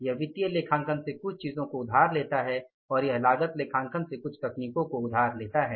यह वित्तीय लेखांकन से कुछ चीज़ को उधार लेता है और यह लागत लेखांकन से कुछ तकनीकों को उधार लेता है